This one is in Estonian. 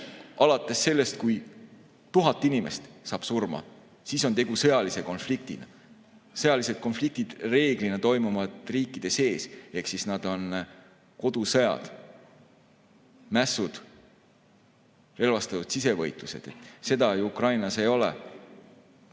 alates sellest, kui 1000 inimest saab surma. Siis on tegu sõjalise konfliktiga. Sõjalised konfliktid reeglina toimuvad riikide sees ehk need on kodusõjad, mässud, relvastatud sisevõitlused. Seda ju Ukrainas ei ole.